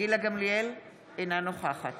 גילה גמליאל, אינה נוכחת